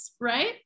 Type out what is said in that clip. right